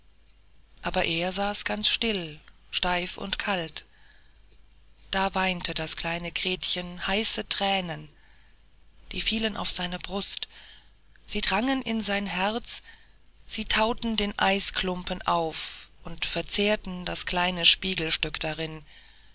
aber er saß ganz still steif und kalt da weinte das kleine gretchen heiße thränen die fielen auf seine brust sie drangen in sein herz sie thauten den eisklumpen auf und verzehrten das kleine spiegelstück darin